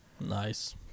Nice